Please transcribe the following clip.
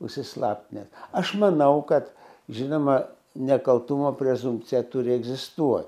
įsislaptinęs aš manau kad žinoma nekaltumo prezumpcija turi egzistuot